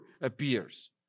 appears